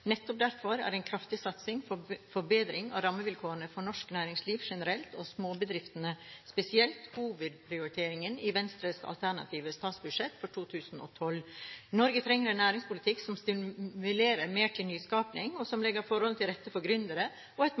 Nettopp derfor er en kraftig satsing på forbedring av rammevilkårene for norsk næringsliv generelt, og småbedrifter spesielt, hovedprioriteten i Venstres alternative statsbudsjett for 2012. Norge trenger en næringspolitikk som stimulerer mer til nyskaping og som legger forholdene til rette for gründere og